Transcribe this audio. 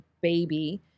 baby